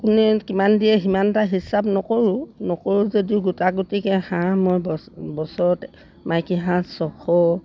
কোনে কিমান দিয়ে সিমান এটা হিচাপ নকৰোঁ নকৰোঁ যদিও গোটা গোটিকৈ হাঁহ মই বছৰত মাইকী হাঁহ ছশ